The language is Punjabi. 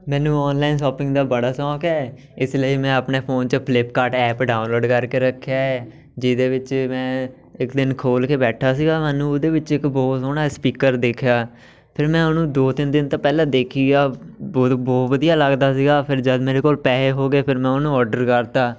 ਮੈਨੂੰ ਔਨਲਾਈਨ ਸ਼ੌਪਿੰਗ ਦਾ ਬੜਾ ਸ਼ੌਕ ਹੈ ਇਸ ਲਈ ਮੈਂ ਆਪਣੇ ਫੋਨ 'ਚ ਫਲਿਪਕਾਰਟ ਐਪ ਡਾਊਨਲੋਡ ਕਰਕੇ ਰੱਖਿਆ ਹੈ ਜਿਹਦੇ ਵਿੱਚ ਮੈਂ ਇੱਕ ਦਿਨ ਖੋਲ੍ਹ ਕੇ ਬੈਠਾ ਸੀਗਾ ਮੈਨੂੰ ਉਹਦੇ ਵਿੱਚ ਇੱਕ ਬਹੁਤ ਸੋਹਣਾ ਸਪੀਕਰ ਦਿਖਿਆ ਫਿਰ ਮੈਂ ਉਹਨੂੰ ਦੋ ਤਿੰਨ ਦਿਨ ਤਾਂ ਪਹਿਲਾਂ ਦੇਖੀ ਗਿਆ ਬਹੁਤ ਬਹੁਤ ਵਧੀਆ ਲੱਗਦਾ ਸੀਗਾ ਫਿਰ ਜਦ ਮੇਰੇ ਕੋਲ ਪੈਸੇ ਹੋ ਗਏ ਫਿਰ ਮੈਂ ਉਹਨੂੰ ਔਡਰ ਕਰਤਾ